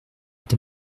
est